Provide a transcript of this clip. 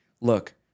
look